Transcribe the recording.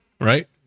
Right